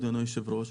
אדוני היושב ראש,